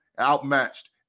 outmatched